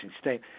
state